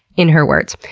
in her words.